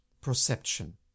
perception